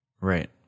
Right